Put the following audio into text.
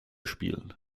spielen